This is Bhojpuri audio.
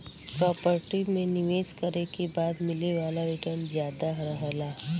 प्रॉपर्टी में निवेश करे के बाद मिले वाला रीटर्न जादा रहला